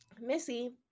Missy